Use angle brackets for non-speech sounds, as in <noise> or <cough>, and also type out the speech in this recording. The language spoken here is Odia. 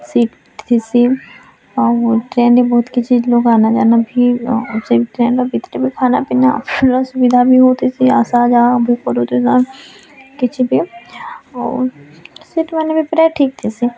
ସିଟ୍ ଥିସି ଆଉ ଟ୍ରେନ୍ରେ ବହୁତ୍ କିଛି ଲୋକ୍ ଆନାଜାନା ଭି ସେଇ ଟ୍ରେନ୍ରେ <unintelligible> ଖାନାପିନା ଭଲ ସୁଇବା ସୁବିଧା ବି ହଉଥିସି ଆସା ଯାଆ ଭୁକ୍ କରୁଥିଲା କିଛିବି ଆଉ ସିଟ୍ମାନେ ବି ପ୍ରାୟ ଠିକ୍ ଥିସି